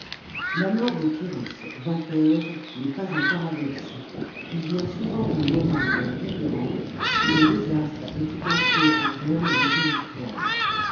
la mort de pyrrhus vainqueur n'est pas un paradoxe il vient souvent un moment pour les conquérants où le désastre est tout entier en germe dans une victoire